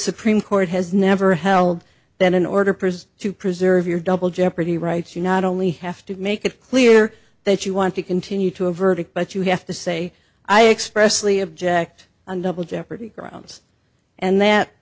supreme court has never held that in order preserved to preserve your double jeopardy rights you not only have to make it clear that you want to continue to a verdict but you have to say i expressly object on double jeopardy grounds and that